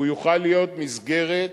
הוא יוכל להיות מסגרת